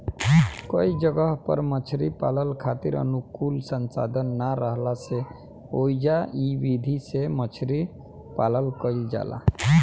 कई जगह पर मछरी पालन खातिर अनुकूल संसाधन ना राहला से ओइजा इ विधि से मछरी पालन कईल जाला